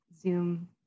Zoom